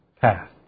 path